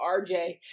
RJ